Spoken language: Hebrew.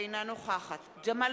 אינה נוכחת ג'מאל